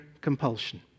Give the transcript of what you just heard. compulsion